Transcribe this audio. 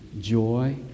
joy